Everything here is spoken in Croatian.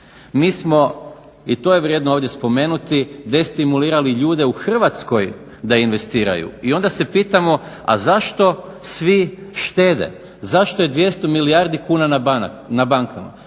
Mi smo i to je vrijedno ovdje spomenuti destimulirali ljude u Hrvatskoj da investiraju i onda se pitamo a zašto svi štede. Zašto je 200 milijardi kuna na bankama?